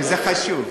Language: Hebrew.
וזה חשוב.